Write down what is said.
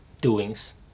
doings